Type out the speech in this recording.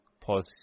pause